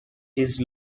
his